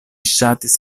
ŝatis